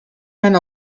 man